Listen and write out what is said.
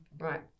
Right